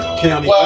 county